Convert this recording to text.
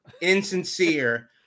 Insincere